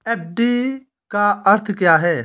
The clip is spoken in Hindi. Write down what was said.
एफ.डी का अर्थ क्या है?